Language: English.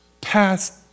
past